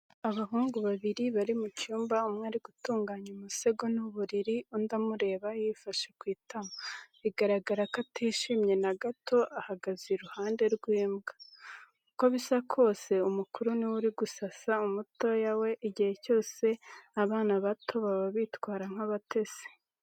Abahungu babiri bari mu cyumba, umwe ari gutunganya umusego n’uburiri, undi amureba yifashe ku itama bigaragara ko atishimye na gato ahagaze iruhande rw'imbwa. Uko bisa kose umukuru niwe uri gusasa umutoya we igihe cyose abana bato baba bitwara nk'abatesi.